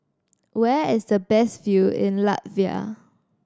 where is the best view in Latvia